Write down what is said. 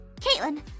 Caitlin